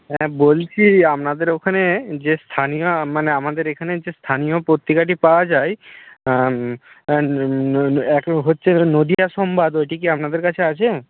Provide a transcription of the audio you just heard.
হ্যাঁ বলছি আপনাদের ওখানে যে স্থানীয় মানে আমাদের এখানে যে স্থানীয় পত্রিকাটি পাওয়া যায় এক হচ্ছে নদীয়া সংবাদ ওইটি কি আপনাদের কাছে আছে